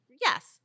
Yes